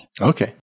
Okay